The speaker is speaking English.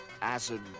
acid